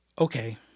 Okay